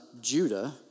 Judah